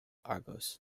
argos